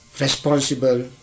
responsible